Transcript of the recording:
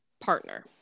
partner